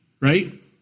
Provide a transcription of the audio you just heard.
right